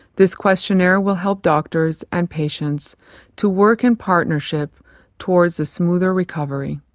this questionnaire will help doctors and patients to work in partnership towards a smoother recovery.